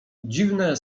dziwne